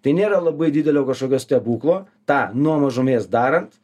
tai nėra labai didelio kažkokio stebuklo tą nuo mažumės darant